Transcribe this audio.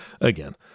Again